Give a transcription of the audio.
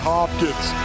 Hopkins